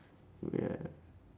yeah